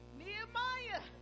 nehemiah